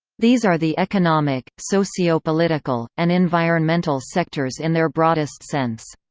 these are the economic, socio-political, and environmental sectors in their broadest sense.